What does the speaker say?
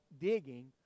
Digging